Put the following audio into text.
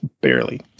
Barely